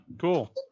Cool